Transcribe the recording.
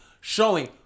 showing